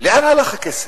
לאן הלך הכסף?